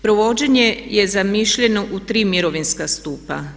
Provođenje je zamišljeno u tri mirovinska stupa.